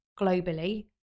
globally